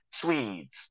Swedes